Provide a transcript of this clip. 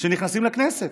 שנכנסים לכנסת.